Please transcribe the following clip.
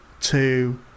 two